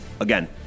Again